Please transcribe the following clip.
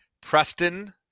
Preston